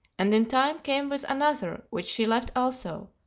and in time came with another which she left also,